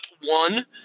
one